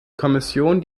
kommission